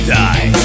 die